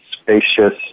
spacious